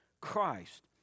Christ